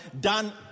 done